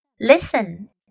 Listen